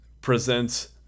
presents